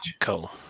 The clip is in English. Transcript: cool